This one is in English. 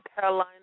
Carolina